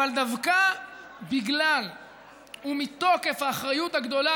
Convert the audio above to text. אבל דווקא בגלל ומתוקף האחריות הגדולה